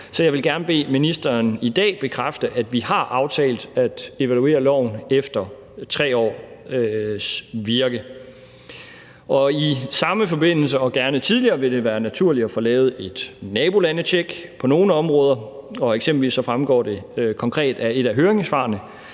så jeg vil gerne bede ministeren i dag bekræfte, at vi har aftalt at evaluere loven efter 3 års virke. I samme forbindelse og gerne tidligere vil det være naturligt at få lavet et nabolandetjek på nogle områder, for eksempelvis fremgår det konkret af et af høringssvarene,